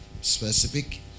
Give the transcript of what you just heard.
specific